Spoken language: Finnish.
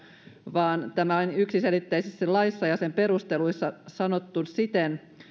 vaan tämä on yksiselitteisesti laissa ja sen perusteluissa sanottu siten